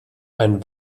ein